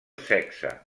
sexe